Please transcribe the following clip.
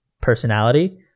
personality